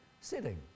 sitting